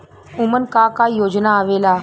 उमन का का योजना आवेला?